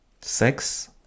sex